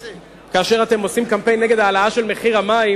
כאשר אתם עושים קמפיין נגד העלאת מחיר המים